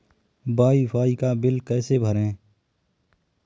Wi fi का bill कैसे भरें?